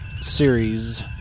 series